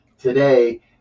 today